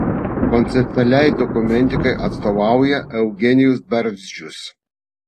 konceptualiai dokumentikai atstovauja eugenijus barzdžius